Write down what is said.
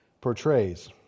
portrays